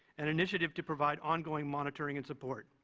an initiative to provide ongoing monitoring and support.